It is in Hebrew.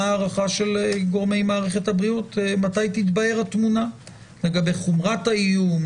מה ההערכה של גורמי מערכת הבריאות ומתי תתבהר התמונה לגבי חומרת האיום,